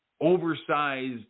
oversized